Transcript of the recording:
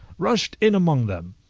rushed in among them.